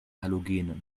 halogene